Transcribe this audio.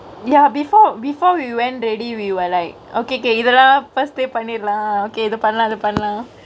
ya before before we went ready we were like okay okay இதல்லா:ithella first தே பன்னிருவோ:te panniruvo okay இது பன்லா இது பன்லா:ithe panlaa ithe panlaa